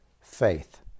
faith